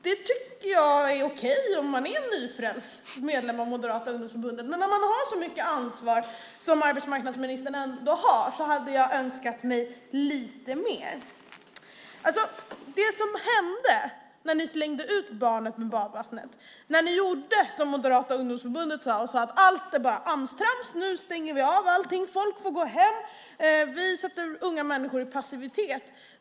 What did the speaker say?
Det tycker jag är okej om man är en nyfrälst medlem av Moderata ungdomsförbundet. Men när man har så mycket ansvar som arbetsmarknadsministern ändå har hade jag önskat mig lite mer. Det som hände var att ni slängde ut barnet med badvattnet och gjorde som Moderata ungdomsförbundet sade, nämligen att säga att allt bara är Amstrams så nu stänger vi av allting och nu får folk gå hem! Ni satte unga människor i passivitet.